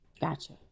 Gotcha